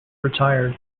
retired